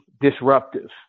disruptive